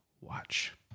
watch